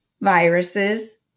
viruses